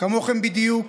כמוכם בדיוק